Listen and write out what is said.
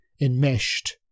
enmeshed